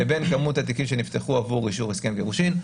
לבין כמות התיקים שנפתחו עבור אישור הסכם גירושין.